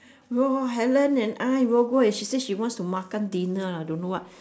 no helen and I robo she say she wants to makan dinner lah don't know what